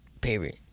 Period